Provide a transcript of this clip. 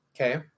Okay